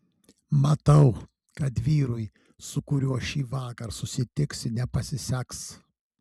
matau kad vyrui su kuriuo šįvakar susitiksi nepasiseks